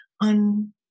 on